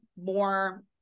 more